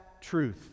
truth